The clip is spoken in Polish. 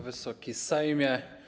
Wysoki Sejmie!